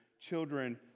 children